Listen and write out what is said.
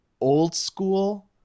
old-school